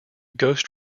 ghost